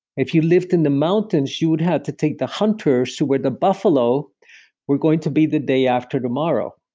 if you lived in the mountains, you'd have to take the hunters to where the buffalo were going to be the day after tomorrow.